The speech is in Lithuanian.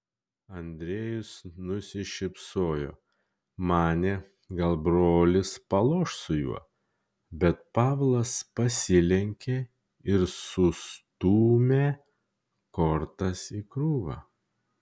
andrejus nusišypsojo manė gal brolis paloš su juo bet pavlas pasilenkė ir sustūmę kortas į krūvą